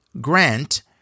Grant